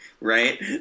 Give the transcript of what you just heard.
right